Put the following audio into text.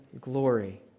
glory